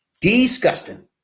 Disgusting